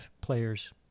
players